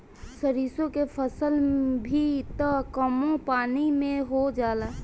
सरिसो के फसल भी त कमो पानी में हो जाला